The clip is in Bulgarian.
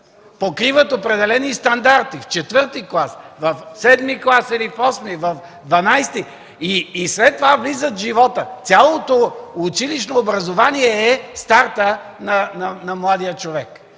Покриват определени стандарти в четвърти клас, в седми или в осми клас, дванадесети и след това влизат в живота. Цялото училищно образование е стартът на младия човек.